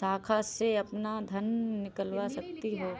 शाखा से अपना धन निकलवा सकती हो